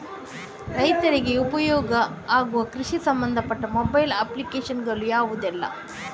ರೈತರಿಗೆ ಉಪಯೋಗ ಆಗುವ ಕೃಷಿಗೆ ಸಂಬಂಧಪಟ್ಟ ಮೊಬೈಲ್ ಅಪ್ಲಿಕೇಶನ್ ಗಳು ಯಾವುದೆಲ್ಲ?